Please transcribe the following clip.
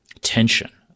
tension